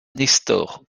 nestor